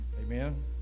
Amen